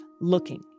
looking